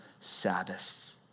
Sabbath